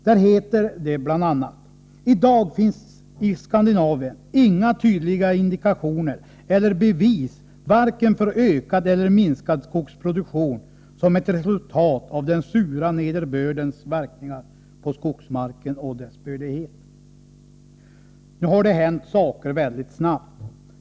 Där heter det bl.a.: ”I dag finns i Skandinavien inga tydliga indikationer eller bevis varken för ökad eller minskad skogsproduktion som ett resultat av den sura nederbördens verkningar på skogsmarken och dess bördighet.” Nu har det hänt saker väldigt snabbt.